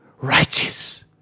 Righteous